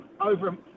over